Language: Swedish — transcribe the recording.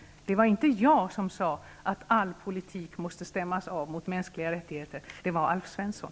Nej, det var inte jag som sade att all politik måste stämmas av mot mänskliga rättigheter, det var Alf Svensson.